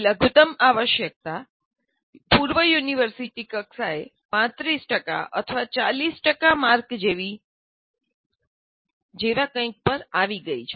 લઘુત્તમ આવશ્યકતા હવે પૂર્વ યુનિવર્સિટી કક્ષાએ 35 ટકા અથવા 40 ટકા માર્ક જેવા કંઈક પર આવી ગઈ છે